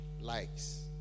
likes